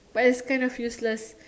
but is kind of useless